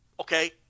Okay